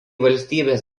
valstybės